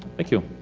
thank you.